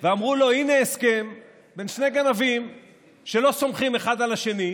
ואמרו לו: הינה הסכם בין שני גנבים שלא סומכים אחד על השני.